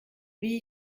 wie